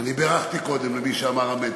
אני בירכתי קודם, למי שאמר "אמן".